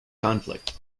conflict